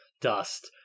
dust